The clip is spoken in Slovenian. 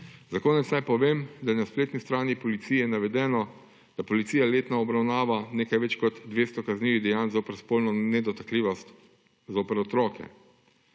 Za konec naj povem, da je na spletni strani policije navedeno, da policija letno obravnava nekaj več kot 200 kaznivih dejanj zoper spolno nedotakljivost zoper otroke.